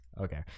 Okay